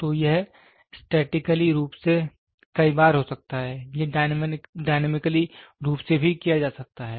तो यह स्टैटिकली रूप से कई बार हो सकता है यह डायनामिकली रूप से भी किया जा सकता है